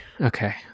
okay